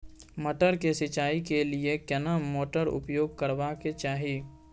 मटर के सिंचाई के लिये केना मोटर उपयोग करबा के चाही?